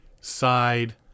side